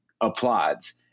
applauds